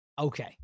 Okay